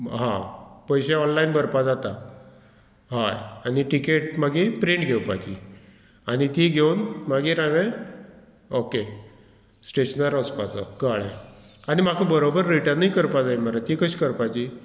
हां पयशे ऑनलायन भरपा जाता हय आनी टिकेट मागीर प्रिंट घेवपाची आनी ती घेवन मागीर हांवे ओके स्टेशनार वचपाचो कळ्ळें आनी म्हाका बरोबर रिटनूय करपा जाय मरे ती कशी करपाची